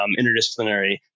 interdisciplinary